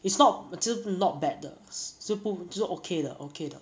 it's not 我觉得 not bad 的就是 okay 的 okay 的